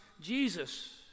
Jesus